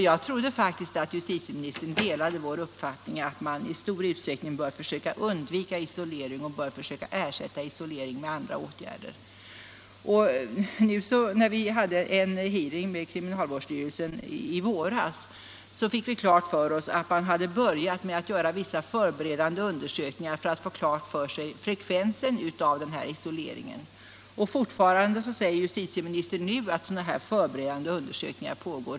Jag trodde faktiskt att justitieministern delade vår uppfattning att man bör försöka undvika isolering och ersätta isolering med andra åtgärder. När vi i våras hade en hearing med kriminalvårdsstyrelsen fick vi veta att man hade börjat göra vissa förberedande undersökningar för att få klart för sig frekvensen av isoleringsåtgärder. Nu säger justitieministern att sådana förberedande undersökningar fortfarande pågår.